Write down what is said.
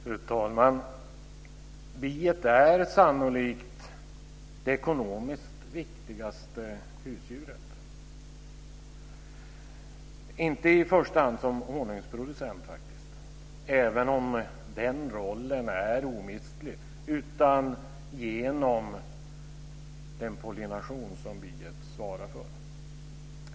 Fru talman! Biet är sannolikt det ekonomiskt viktigaste husdjuret - inte i första hand som honungsproducent, även om den rollen är omistlig, utan genom den pollination som biet svarar för.